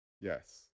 Yes